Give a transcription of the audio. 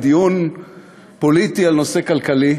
בדיון פוליטי על נושא כלכלי,